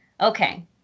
okay